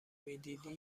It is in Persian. میدیدی